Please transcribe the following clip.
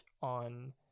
on